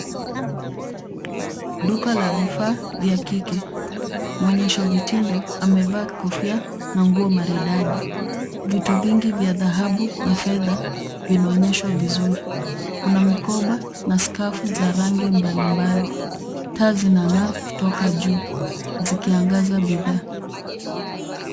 Duka la vifaa vya kike. Muonyesho vitindo amevaa kofia na nguo maridadi. Vitu vingi vya dhahabu na fedha vinaonyeshwa vizuri. Kuna mikoba na skafu za rangi mbalimbali. Taa zinang'aa kutoka juu zikizngaza bidhaa.